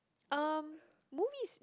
um movies